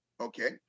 Okay